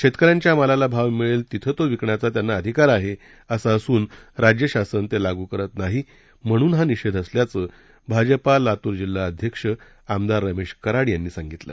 शेतकऱ्यांच्या मालाल भाव मिळेल तिथे तो विकण्याचा त्यांना अधिकारी आहे असं असून राज्य शासन ते लागू करत नाही म्हणून हा निषेध असल्याचं भाजपा लातूर जिल्हा अध्यक्ष आमदार रमेश कराड यांनी सांगितलं